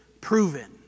proven